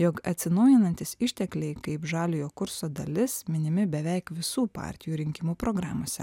jog atsinaujinantys ištekliai kaip žaliojo kurso dalis minimi beveik visų partijų rinkimų programose